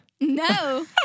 No